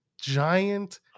giant